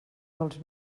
dels